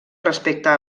respecte